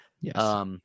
yes